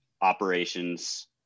operations